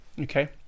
Okay